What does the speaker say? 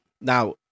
now